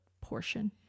portion